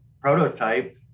prototype